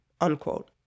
unquote